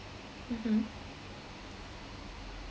mmhmm